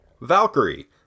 Valkyrie